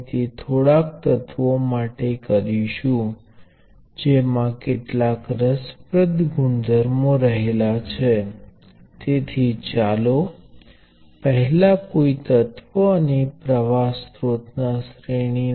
તેથી પ્રથમ એક વસ્તુ આપણે આ કરી શકીએ છીએ આને બે અલગ નોડ્સ તરીકે ગણશો નહીં પરંતુ તેમને હંમેશાં શક્ય એવા સિંગલ નોડની જેમ ગણો